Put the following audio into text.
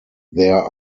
there